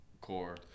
core